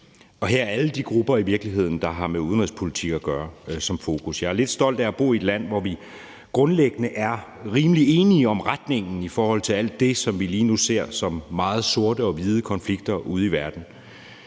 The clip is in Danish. om alle de grupper, der har med udenrigspolitik at gøre og har det som fokus. Jeg er lidt stolt af at bo i et land, hvor vi grundlæggende er rimelig enige om retningen i forhold til alt det, som vi lige nu ser som meget sort-hvide konflikter ude i verden.